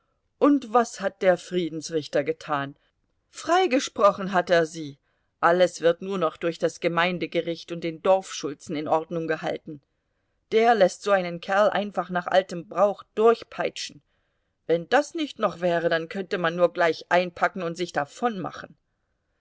und was hat der friedensrichter getan freigesprochen hat er sie alles wird nur noch durch das gemeindegericht und den dorfschulzen in ordnung gehalten der läßt so einen kerl einfach nach altem brauch durchpeitschen wenn das nicht noch wäre dann könnte man nur gleich einpacken und sich